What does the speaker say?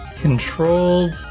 Controlled